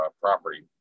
property